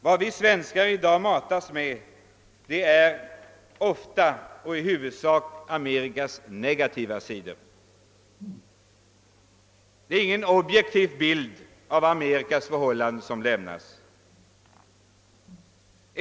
Vad vi svenskar i dag matas med är ofta och i huvudsak Amerikas negativa sidor. Det är ingen objektiv bild av Förenta staternas förhållanden som tecknas.